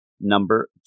number